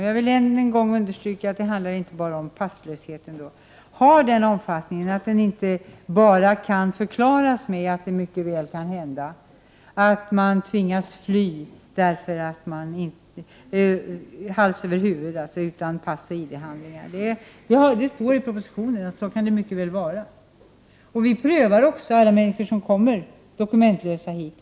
Jag vill än en gång understryka att dokumentlöshet inte bara handlar om passlöshet. Dokumentlösheten har en sådan omfattning att den inte bara kan förklaras med att det mycket väl kan hända att man tvingats fly hals över huvud utan pass och ID-handlingar. Det framgår av propositionen att det mycket väl kan vara så. Det sker också en prövning av alla de människor som kommer hit utan dokument.